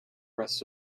rest